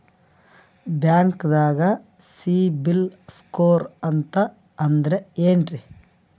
ಬ್ಯಾಂಕ್ದಾಗ CIBIL score ಅಂತ ಅಂದ್ರೆ ಏನ್ರೀ?